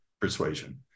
persuasion